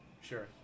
Sure